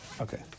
Okay